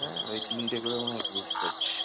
হ্যাঁ ওই তিনটে করে মনে হয় গ্রুপ করছে